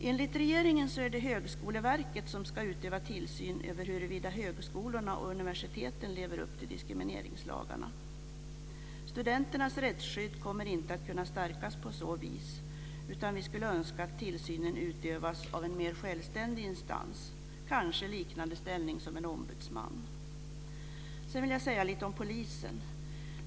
Enligt regeringen är det Högskoleverket som ska utöva tillsyn över huruvida högskolorna och universiteten lever upp till diskrimineringslagarna. Studenternas rättsskydd kommer inte att kunna stärkas på så vis. Vi skulle önska att tillsynen i stället utövades av en mer självständig instans - kanske med liknande ställning som en ombudsman har. Jag ska också nämna något om polisen.